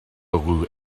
rue